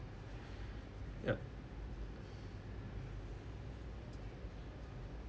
ya